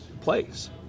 place